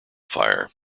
fire